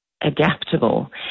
adaptable